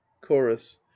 chorus